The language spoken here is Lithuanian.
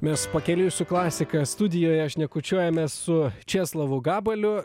mes pakeliui su klasika studijoje šnekučiuojamės su česlovu gabaliu